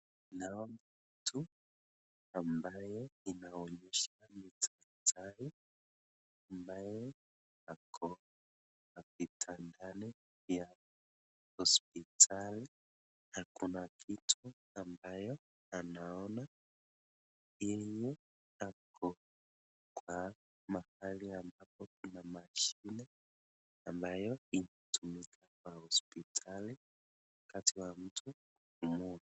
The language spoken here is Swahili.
Naona mtu ambaye inaonyesha ni daktari ambaye ako kitandani ya hospitali ako na kitu ambayo anaona, yeye ako kwa mahali ambapo kuna mashini ambayo inatumiwa kwa hospitali wakati wa mtu.